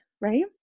right